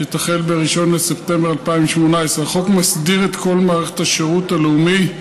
שתחל ב-1 בספטמבר 2018. החוק מסדיר את כל מערכת השירות הלאומי,